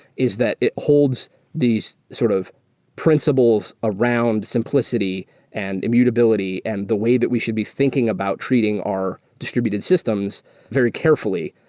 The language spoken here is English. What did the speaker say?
is that it holds these sort of principles around simplicity and immutability and the way that we should be thinking about treating our distributed systems very carefully.